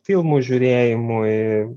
filmų žiūrėjimui